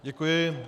Děkuji.